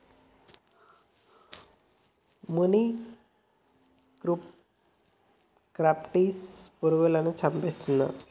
మొనిక్రప్టస్ పురుగులను చంపేస్తుందా?